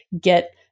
get